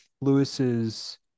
Lewis's